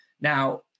Now